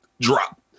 drop